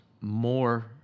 more